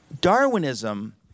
Darwinism